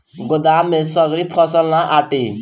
गोदाम में सगरी फसल ना आटी